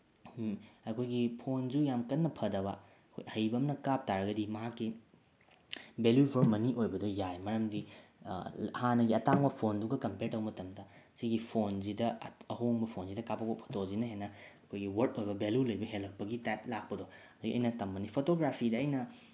ꯑꯩꯈꯣꯏꯒꯤ ꯐꯣꯟꯁꯨ ꯌꯥꯝ ꯀꯟꯅ ꯐꯗꯕ ꯑꯩꯈꯣꯏ ꯑꯍꯩꯕ ꯑꯃꯅ ꯀꯥꯞ ꯇꯥꯔꯒꯗꯤ ꯃꯍꯥꯛꯀꯤ ꯚꯦꯂꯨ ꯐꯣꯔ ꯃꯅꯤ ꯑꯣꯏꯕꯗꯣ ꯌꯥꯏ ꯃꯔꯝꯗꯤ ꯍꯥꯟꯅꯒꯤ ꯑꯇꯥꯡꯕ ꯐꯣꯟꯗꯨꯒ ꯀꯝꯄꯤꯌꯥꯔ ꯇꯧꯕ ꯃꯇꯝꯗ ꯁꯤꯒꯤ ꯐꯣꯟꯁꯤꯗ ꯑꯍꯣꯡꯕ ꯐꯣꯟꯁꯤꯗ ꯀꯥꯞꯄꯛꯄ ꯐꯣꯇꯣꯁꯤꯅ ꯍꯦꯟꯅ ꯑꯩꯈꯣꯏꯒꯤ ꯋꯣꯔꯠ ꯑꯣꯏꯕ ꯚꯦꯂꯨ ꯂꯩꯕ ꯍꯦꯜꯂꯛꯄꯒꯤ ꯇꯥꯏꯞ ꯂꯥꯛꯄꯗꯣ ꯑꯗꯒꯤ ꯑꯩꯅ ꯇꯝꯕꯅꯤ ꯐꯣꯇꯣꯒ꯭ꯔꯥꯐꯤꯗ ꯑꯩꯅ